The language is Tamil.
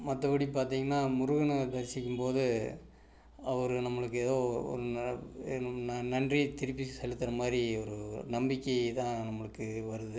மற்றப்படி பார்த்தீங்கனா முருகனை தரிசிக்கும் போது அவர் நம்பளுக்கு ஏதோ ந ந நன்றி திருப்பி செலுத்துகிற மாதிரி ஒரு நம்பிக்கை தான் நம்பளுக்கு வருது